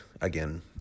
again